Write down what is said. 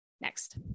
next